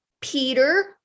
Peter